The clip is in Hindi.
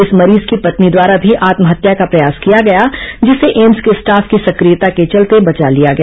इस मरीज की पत्नी द्वारा भी आत्महत्या का प्रयास किया गया जिसे एम्स के स्टॉफ की सक्रियता के चलते बचा लिया गया